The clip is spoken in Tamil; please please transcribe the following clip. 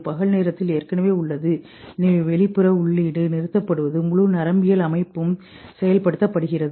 பகல் நேரத்தில் ஏற்கனவே உள்ளது எனவே வெளிப்புற உள்ளீடு நிறுத்தப்படுவது முழு நரம்பியல் அமைப்பும் செயல்படுத்தப்படுகிறது